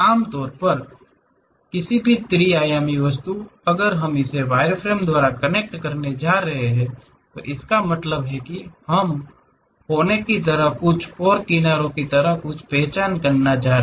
आमतौर पर किसी भी त्रि आयामी वस्तु अगर हम इसे वायरफ्रेम द्वारा कनेक्ट करने जा रहे हैं इसका मतलब है कि हम कोने की तरह कुछ और किनारों की तरह कुछ की पहचान करने जा रहे हैं